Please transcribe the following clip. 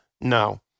No